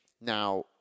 Now